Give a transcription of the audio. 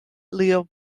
lived